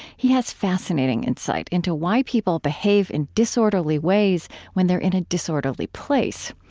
he has fascinating insight into why people behave in disorderly ways when they're in a disorderly place.